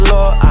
Lord